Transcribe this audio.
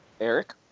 Eric